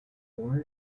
born